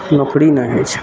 नौकरी नहि होइ छै